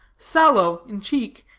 sallow in cheek,